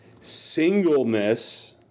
singleness